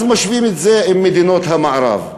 אז משווים את זה למדינות המערב.